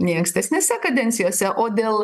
nei ankstesnėse kadencijose o dėl